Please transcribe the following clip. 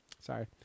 sorry